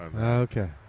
Okay